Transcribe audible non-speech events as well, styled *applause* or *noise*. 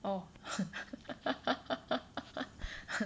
oh *laughs*